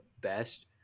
best